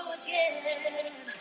again